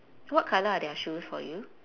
what colour are their shoes for you